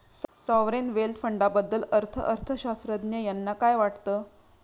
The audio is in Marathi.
सॉव्हरेन वेल्थ फंडाबद्दल अर्थअर्थशास्त्रज्ञ यांना काय वाटतं?